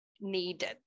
needed